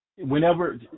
whenever